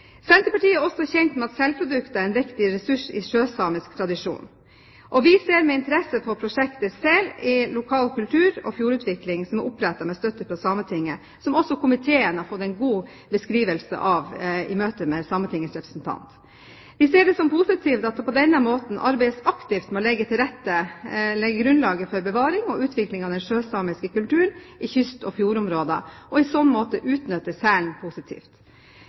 Senterpartiet er også kjent med at selprodukter er en viktig ressurs i sjøsamisk tradisjon. Vi ser med interesse på prosjektet «Sel i lokal kultur og fjordutvikling», som er opprettet med støtte av Sametinget, og som også komiteen har fått en god beskrivelse av i møte med Sametingets representant. Vi ser det som positivt at det på denne måten arbeides aktivt med å legge grunnlaget for bevaring og utvikling av den sjøsamiske kulturen i kyst- og fjordområder, og i så måte utnytte selen positivt.